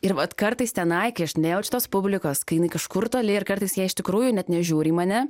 ir vat kartais tenai kai aš nejaučiu tos publikos kai jinai kažkur toli ir kartais jie iš tikrųjų net nežiūri į mane